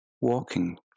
walking